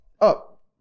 up